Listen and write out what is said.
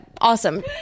awesome